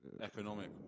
Economic